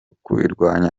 kubirwanya